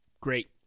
Great